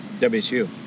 WSU